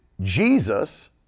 Jesus